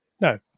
no